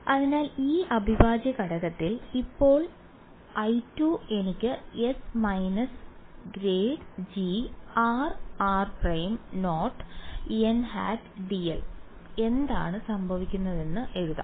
അതിനാൽ ഈ അവിഭാജ്യഘടകത്തിൽ ഇപ്പോൾ I2 എനിക്ക് s minus grade g r r prime dot n hat dl എന്താണ് സംഭവിക്കുന്നതെന്ന് എഴുതാം